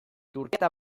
turkia